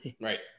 Right